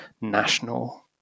national